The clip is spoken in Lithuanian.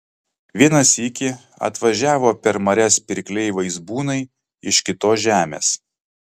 vieną sykį atvažiavo per marias pirkliai vaizbūnai iš kitos žemės